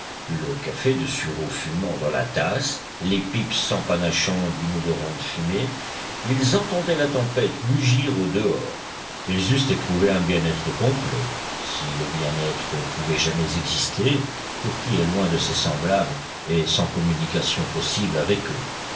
le café de sureau fumant dans la tasse les pipes s'empanachant d'une odorante fumée ils entendaient la tempête mugir au dehors ils eussent éprouvé un bien-être complet si le bien-être pouvait jamais exister pour qui est loin de ses semblables et sans communication possible avec eux